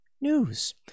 News